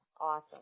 Awesome